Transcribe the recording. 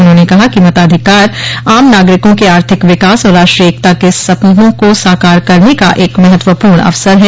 उन्होंने कहा कि मताधिकार आम नागरिकों के आर्थिक विकास और राष्ट्रीय एकता के सपनों को साकार करने का एक महत्वपूर्ण अवसर है